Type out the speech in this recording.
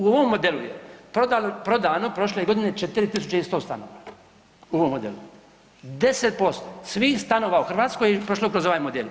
U ovom modelu je prodano prošle godine 4.100 stanova, u ovom modelu, 10% svih stanova u Hrvatskoj je prošlo kroz ovaj model.